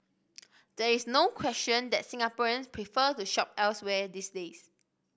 there is no question that Singaporeans prefer to shop elsewhere these days